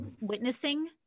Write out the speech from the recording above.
witnessing